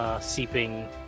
Seeping